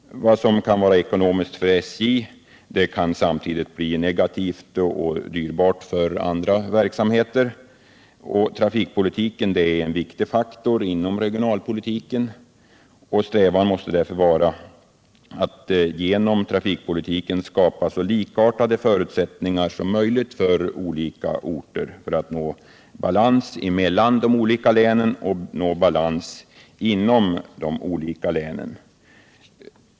Vad som kan vara ekonomiskt för SJ kan samtidigt bli negativt och dyrbart för andra verksamheter. Trafikpolitiken är en viktig faktor inom regionalpolitiken. Strävan måste därför vara att genom trafikpolitiken skapa så likartade förutsättningar som möjligt för olika orter, för att nå balans mellan de olika länen och inom de olika länen.